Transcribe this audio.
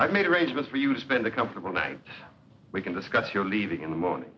i made arrangements for you spend a comfortable night we can discuss your leaving in the morning